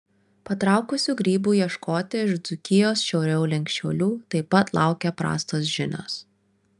patraukusių grybų ieškoti iš dzūkijos šiauriau link šiaulių taip pat laukia prastos žinios